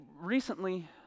recently